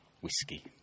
whiskey